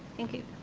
thank you.